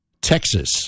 Texas